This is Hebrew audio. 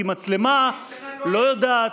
כי מצלמה לא יודעת,